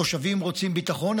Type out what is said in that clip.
התושבים רוצים ביטחון,